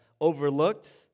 overlooked